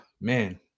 man